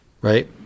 right